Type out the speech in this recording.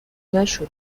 نشده